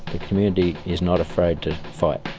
the community is not afraid to fight.